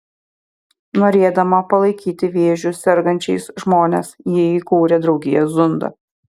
norėdama palaikyti vėžiu sergančiais žmones ji įkūrė draugiją zunda